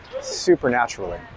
supernaturally